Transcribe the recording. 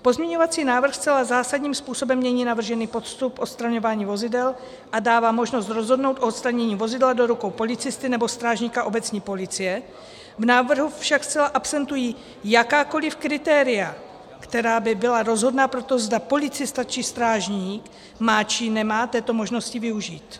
Pozměňovací návrh zcela zásadním způsobem mění navržený postup odstraňování vozidel a dává možnost rozhodnout o odstranění vozidla do rukou policisty nebo strážníka obecní policie, v návrhu však zcela absentují jakákoliv kritéria, která by byla rozhodná pro to, zda policista či strážník má či nemá této možnosti využít.